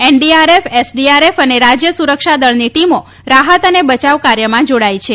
NDRF SDRF અને રાજ્ય સુરક્ષા દળની ટીમો રાહત અને બચાવ કાર્યમાં જાડાઈ છે